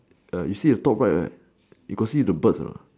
err you see top right you got see the bird or not